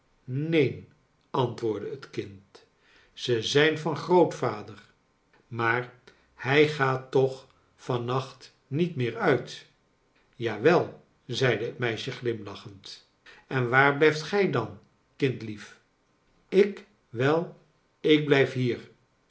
neen antwoordde het kind ze zijn van grootvader maar hij gaat toch van nacht niet meer uit ja wel zeide het meisje glimlachend en waar blijft gij dan kindlief ik wel ik blijf hier